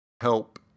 help